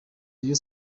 rayon